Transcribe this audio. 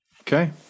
Okay